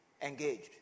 Engaged